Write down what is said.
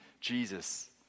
Jesus